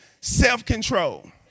Self-control